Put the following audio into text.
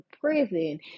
prison